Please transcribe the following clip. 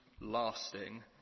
lasting